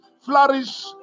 flourish